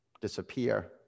disappear